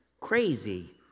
crazy